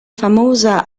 famosa